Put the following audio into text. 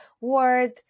word